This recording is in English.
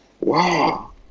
wow